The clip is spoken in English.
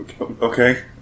Okay